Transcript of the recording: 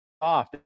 off